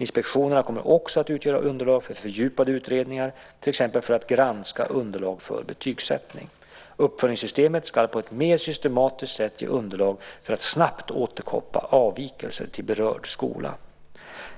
Inspektionerna kommer också att utgöra underlag för fördjupade utredningar, till exempel för att granska underlag för betygssättning. Uppföljningssystemet ska på ett mer systematiskt sätt ge underlag för att snabbt återkoppla avvikelser till berörd skola.